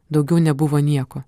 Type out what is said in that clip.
daugiau nebuvo nieko